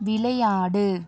விளையாடு